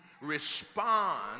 respond